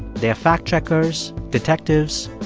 they are fact checkers, detectives,